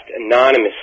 anonymously